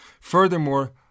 Furthermore